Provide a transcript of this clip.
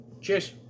Cheers